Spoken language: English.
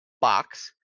box